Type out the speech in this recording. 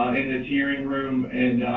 in this hearing room, and